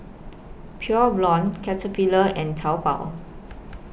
Pure Blonde Caterpillar and Taobao